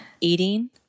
eating